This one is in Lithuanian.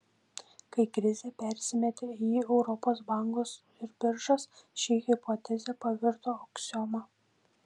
kai krizė persimetė į europos bankus ir biržas ši hipotezė pavirto aksioma